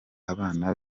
abana